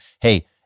Hey